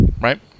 Right